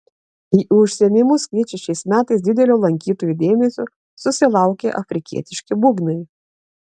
į užsiėmimus kviečia šiais metais didelio lankytojų dėmesio susilaukę afrikietiški būgnai